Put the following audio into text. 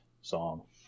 song